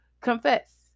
confess